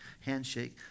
handshake